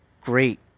Great